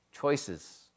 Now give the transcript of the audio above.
choices